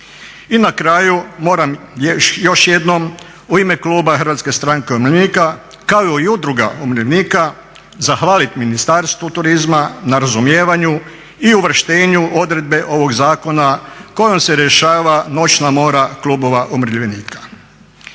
I na kraju, moram još jednom u ime kluba Hrvatske stranke umirovljenika kao i Udruga umirovljenika zahvalit Ministarstvu turizma na razumijevanju i uvrštenju odredbe ovog zakona kojom se rješava noćna mora klubova umirovljenika.